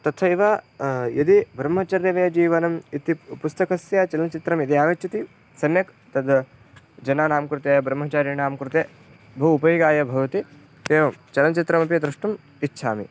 तथैव यदि ब्रह्मचर्या जीवनम् इति पुस्तकस्य चलनचित्रं यदि आगच्छति सम्यक् तद् जनानां कृते ब्रह्मचारिणां कृते बहु उपयोगाय भवति एवं चलनचित्रमपि द्रष्टुम् इच्छामि